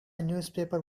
newspaper